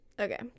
Okay